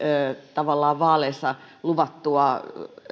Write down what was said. tavallaan vaaleissa luvattua